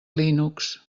linux